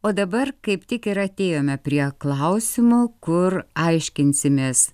o dabar kaip tik ir atėjome prie klausimo kur aiškinsimės